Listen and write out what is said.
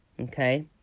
Okay